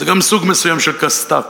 זה גם סוג מסוים של כסת"ח,